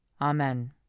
Amen